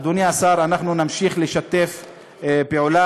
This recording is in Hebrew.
אדוני השר, אנחנו נמשיך לשתף פעולה.